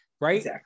Right